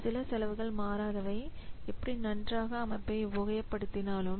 சில செலவுகள் மாறாதவை எப்படி நன்றாக அமைப்பை உபயோகப்படுத்தினாலும்